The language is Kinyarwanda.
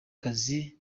kazi